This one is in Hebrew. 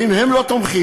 ואם הם לא תומכים,